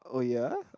oh ya